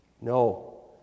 No